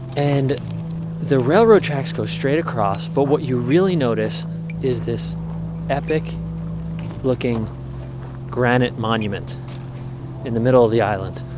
and the railroad tracks go straight across, but what you really notice is this epic looking granite monument in the middle of the island.